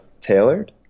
tailored